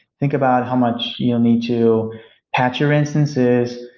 think about how much you'll need to patch your instances,